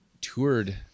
toured